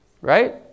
right